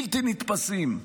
בלתי נתפסים.